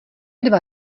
dva